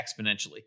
exponentially